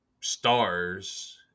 stars